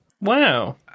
Wow